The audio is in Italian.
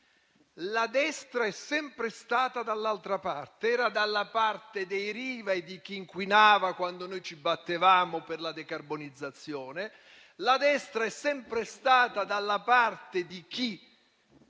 la destra è sempre stata dall'altra parte. Era dalla parte dei Riva e di chi inquinava quando noi ci battevamo per la decarbonizzazione. La destra è sempre stata dalla parte di chi